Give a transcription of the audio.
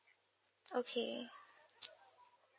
okay